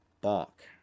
balk